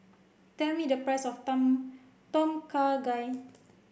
tell me the price of Tom Tom Kha Gai